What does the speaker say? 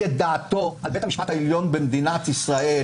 זה יום עצוב מאוד לעם ישראל ולמדינת ישראל